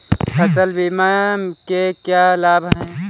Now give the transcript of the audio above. फसल बीमा के क्या लाभ हैं?